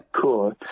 Cool